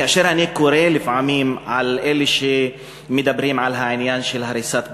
כאשר אני קורא לפעמים על אלה שמדברים על העניין של הריסת בתים,